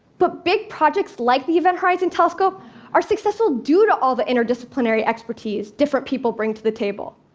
but big projects like the event horizon telescope are successful due to all the interdisciplinary expertise different people bring to the table.